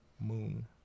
Moon